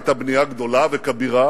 היתה בנייה גדולה וכבירה